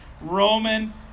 Roman